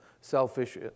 selfish